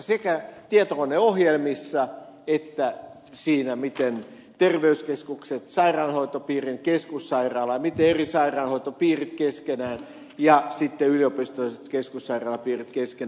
sekä tietokoneohjelmissa että siinä miten terveyskeskukset sairaanhoitopiirin keskussairaala miten eri sairaanhoitopiirit keskenään ja sitten yliopistolliset keskussairaalapiirit keskenään kommunikoivat